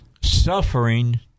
suffering